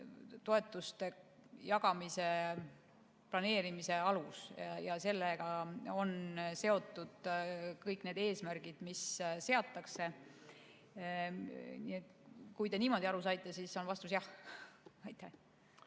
toetuste jagamise planeerimise alus ja sellega on seotud kõik need eesmärgid, mis seatakse. Nii et kui te niimoodi aru saite, siis on vastus jah. Te